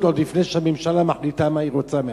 עוד לפני שהממשלה מחליטה מה היא רוצה מעצמה.